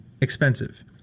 expensive